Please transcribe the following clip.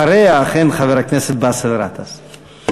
אחריה, חבר הכנסת באסל גטאס.